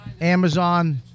Amazon